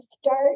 start